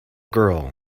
girl